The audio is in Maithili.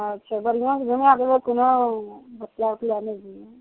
अच्छा बढ़िआँसे घुमै देबै कोनो भोतला ओतला नहि दिहो